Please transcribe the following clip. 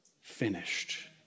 finished